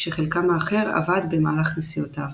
כשחלקם האחר אבד במהלך נסיעותיו.